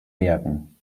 bergen